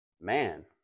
man